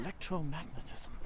electromagnetism